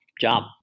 job